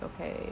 okay